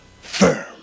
firm